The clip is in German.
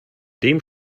dem